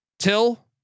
till